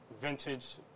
vintage